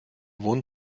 wohnen